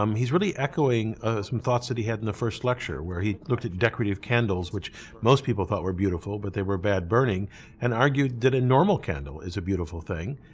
um he's really echoing some thoughts that he had in the first lecture where he looked at decorative candles which most people thought were beautiful but they were bad burning and argued that a normal candle is a beautiful thing.